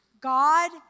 God